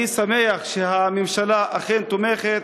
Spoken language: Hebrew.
אני שמח שהממשלה אכן תומכת.